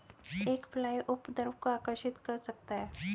एक फ्लाई उपद्रव को आकर्षित कर सकता है?